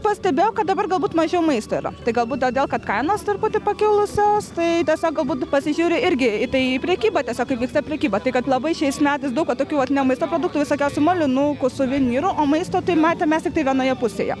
pastebėjau kad dabar galbūt mažiau maisto yra tai galbūt todėl kad kainos truputį pakilusios tai tiesiog galbūt pasižiūri irgi į tai į prekybą tiesiog kaip vyksta prekyba tai kad labai šiais metais daug va tokių vat ne maisto produktų visokiausių molinukų suvenyrų o maisto tai matėm mes tiktai vienoje pusėje